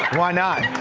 why not?